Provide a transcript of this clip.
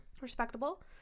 Respectable